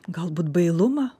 galbūt bailumą